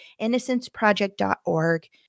innocenceproject.org